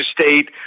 State